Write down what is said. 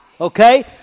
Okay